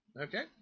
Okay